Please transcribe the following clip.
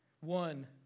One